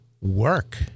work